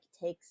takes